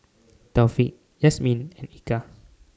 Taufik Yasmin and Eka